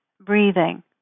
breathing